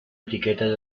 etiquetas